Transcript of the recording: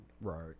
Right